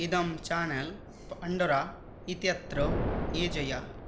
इदं channel Pandora इत्यत्र योजय